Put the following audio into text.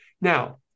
Now